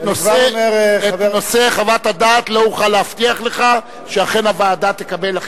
את נושא חוות הדעת לא אוכל להבטיח לך שאכן הוועדה תקבל,